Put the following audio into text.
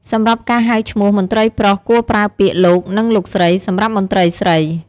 សម្រាប់ការហៅឈ្មោះ មន្ត្រីប្រុសគួរប្រើពាក្យ "លោក" និង "លោកស្រី" សម្រាប់មន្ត្រីស្រី។